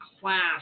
class